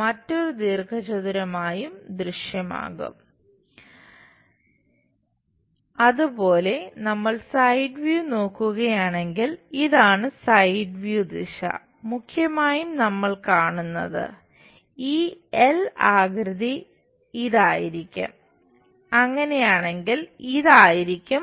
മറ്റൊരു ദീർഘചതുരമായും ദൃശ്യമാകും